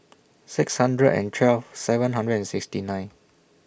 six hundred and twelve seven hundred and sixty nine